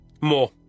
More